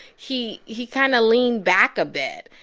he he kind of leaned back a bit.